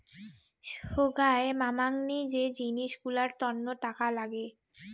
সোগায় মামাংনী যে জিনিস গুলার তন্ন টাকা লাগে